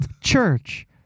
church